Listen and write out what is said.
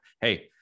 hey